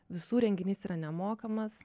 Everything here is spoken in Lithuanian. visų renginys yra nemokamas